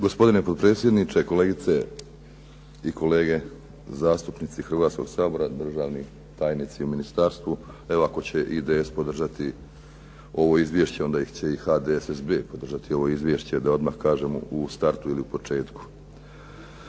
Gospodine potpredsjedniče, kolegice i kolege zastupnici Hrvatskoga sabora, državni tajnici u ministarstvu. Evo, ako će IDS podržati ovo izvješće onda će i HDSSB podržati ovo izvješće, da odmah kažem u startu ili u početku.